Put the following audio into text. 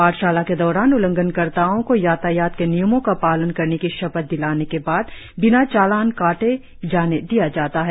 पाठशाला के दौरान उल्लंघनकर्ताओ को यातायात के नियमो का पालन करने की शपथ दिलाने के बाद बिना चालान काटे जाने दिया जाता है